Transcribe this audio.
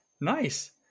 Nice